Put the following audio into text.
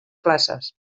classes